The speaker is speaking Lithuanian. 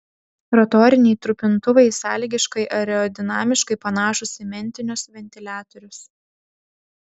rotoriniai trupintuvai sąlygiškai aerodinamiškai panašūs į mentinius ventiliatorius